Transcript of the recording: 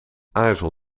aarzel